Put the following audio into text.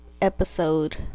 episode